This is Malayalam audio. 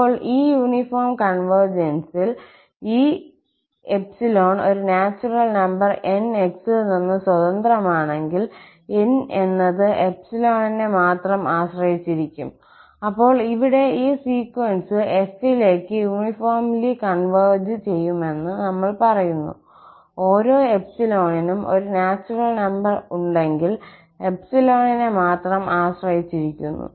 ഇപ്പോൾ ഈ യൂണിഫോം കോൺവെർജൻസിൽ ഈ ∃ ഒരു നാച്ചുറൽ നമ്പർ 𝑁 x ൽ നിന്ന് സ്വതന്ത്രമാണെങ്കിൽ 𝑁 എന്നത് 𝜖 നെ മാത്രം ആശ്രയിച്ചിരിക്കും അപ്പോൾ ഇവിടെ ഈ സീക്വൻസ് f ലേക്ക് യൂണിഫോംല്യ കോൺവെർജ് ചെയ്യുമെന്ന് നമ്മൾ പറയുന്നു ഓരോ 𝜖 നും ഒരു നാച്ചുറൽ നമ്പർ ഉണ്ടെങ്കിൽ 𝜖 നെ മാത്രം ആശ്രയിച്ചിരിക്കുന്നു